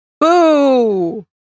Boo